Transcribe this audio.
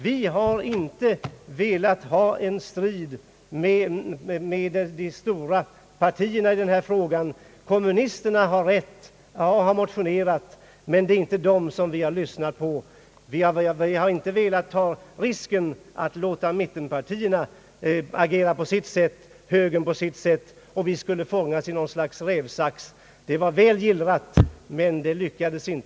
Vi har inte velat ha en strid med de stora partierna i den här frågan. Kommunisterna har motionerat, men det är inte dem som vi har lyssnat på. Vi har inte velat ta risken att låta mittenpartierna agera på sitt sätt och högern på sitt sätt, så att vi därigenom skulle fångas i något slags rävsax. Fällan var väl gillrad, men hytet gick inte i den.